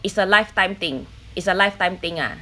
it's a lifetime thing is a lifetime thing ah